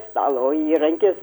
stalo įrankis